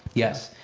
yes.